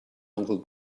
uncle